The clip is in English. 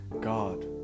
God